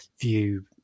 view